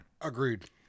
Agreed